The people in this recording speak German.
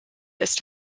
ist